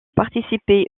participé